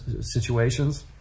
situations